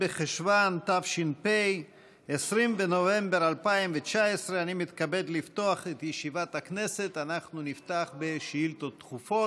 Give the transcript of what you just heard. לדוכן על מנת להשיב על שאילתה דחופה